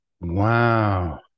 Wow